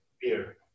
beer